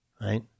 Right